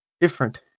different